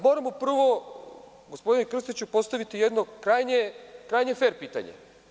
Moramo prvo, gospodine Krstiću, postaviti jedno krajnje fer pitanje.